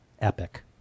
epic